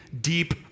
deep